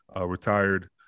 retired